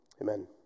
Amen